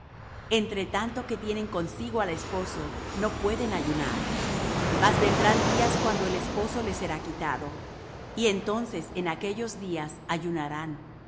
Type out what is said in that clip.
entre tanto que tienen consigo al esposo no pueden ayunar mas vendrán días cuando el esposo les será quitado y entonces en aquellos días ayunarán